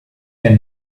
can